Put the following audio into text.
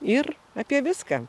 ir apie viską